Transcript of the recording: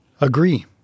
Agree